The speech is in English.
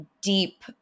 deep